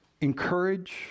encourage